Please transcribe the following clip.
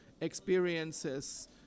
experiences